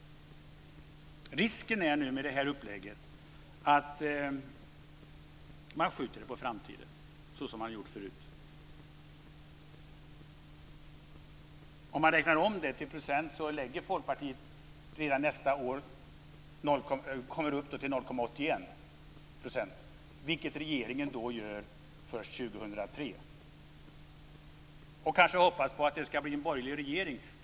Risken med det här upplägget är att man skjuter det på framtiden, såsom man gjort förut. Om man räknar om det till procent skulle Folkpartiet redan nästa år nå upp till 0,81 %, vilket regeringen först gör år 2003. Kanske hoppas man på att det ska bli en borgerlig regering.